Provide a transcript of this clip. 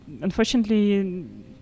unfortunately